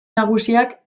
nagusiak